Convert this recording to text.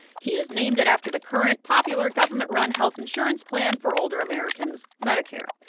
he has named it after the current popular government-run health insurance plan for older americans, medicare.